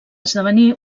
esdevenir